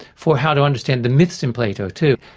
for how to understand the myths in plato too.